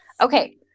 Okay